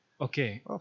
Okay